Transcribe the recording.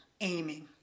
aiming